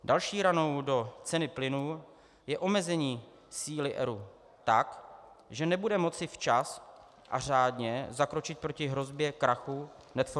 Další ranou do ceny plynu je omezení síly ERÚ tak, že nebude moci včas a řádně zakročit proti hrozbě krachu NET4GASu.